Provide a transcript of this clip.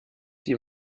die